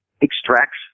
extracts